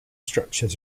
structures